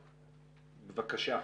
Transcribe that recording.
בבקשה.